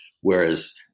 Whereas